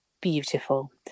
beautiful